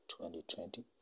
2020